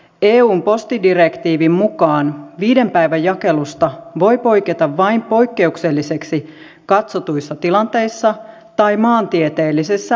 eun postidirektiivin mukaan viiden päivän jakelusta voi poiketa vain poikkeukselliseksi katsotuissa tilanteissa tai maantieteellisissä olosuhteissa